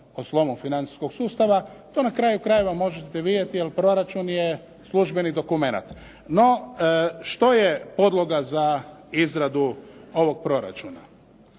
o slomu financijskog sustava. To na kraju krajeva možete vidjeti jer proračun je službeni dokumenata. No, što je podloga za izradu ovog proračuna?